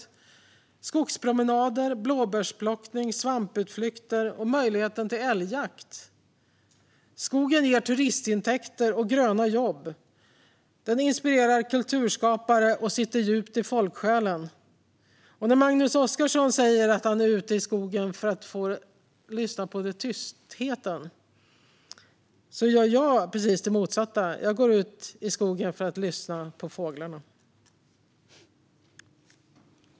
Den ger möjlighet till skogspromenader, blåbärsplockning, svamputflykter och älgjakt. Skogen ger turistintäkter och gröna jobb. Den inspirerar kulturskapare och sitter djupt i folksjälen. När Magnus Oscarsson säger att han är ute i skogen för att lyssna på tystnaden gör jag precis det motsatta: Jag går ut i skogen för att lyssna på fåglarna.